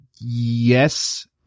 Yes